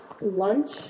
lunch